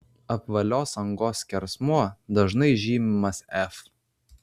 apvalios angos skersmuo dažnai žymimas f